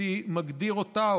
הייתי מגדיר אותה,